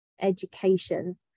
education